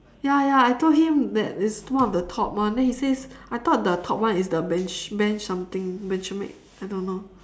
ya ya I told him that it's one of the top one then he says I thought the top one is the benj~ benj~ something benjamin I don't know